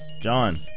John